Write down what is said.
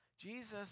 Jesus